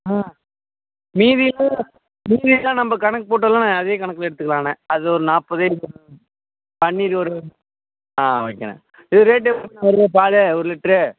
ஆ மீதியெல்லாம் மீதியெல்லாம் நம்ம கணக்கு போட்டோம்லண்ணா அதே கணக்கில் எடுத்துக்கலாண்ண அது ஒரு நாற்பது இது ஒரு பன்னீர் ஒரு ஆ ஓகேண்ணா இது ரேட் எவ்வளோண்ண வருது பாலு ஒரு லிட்ரு